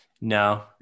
No